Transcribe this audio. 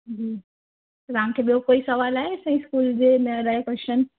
जी तव्हांखे ॿियो कोई सुवाल आहे असांजे स्कूल जे ला राइ क्योशन